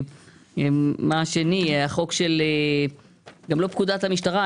גם פקודת המשטרה,